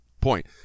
point